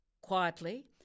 quietly